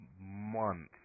month